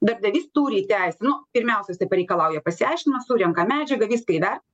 darbdavys turi įteisino pirmiausia jisai pareikalauja pasiaiškinimo surenka medžiagą viską įver